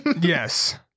Yes